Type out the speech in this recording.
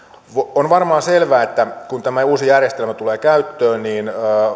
on varmaan selvää että kun tämä uusi järjestelmä tulee käyttöön niin